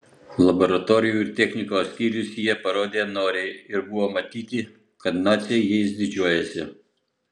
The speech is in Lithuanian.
laboratorijų ir technikos skyrius jie parodė noriai ir buvo matyti kad naciai jais didžiuojasi